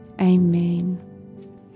Amen